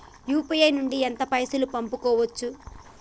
UPI నుండి ఎంత పైసల్ పంపుకోవచ్చు?